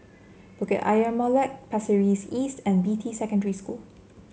Bukit Ayer Molek Pasir Ris East and Beatty Secondary School